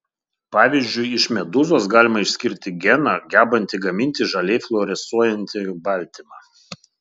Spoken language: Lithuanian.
pavyzdžiui iš medūzos galima išskirti geną gebantį gaminti žaliai fluorescuojantį baltymą